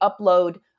upload